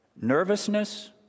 nervousness